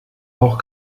auch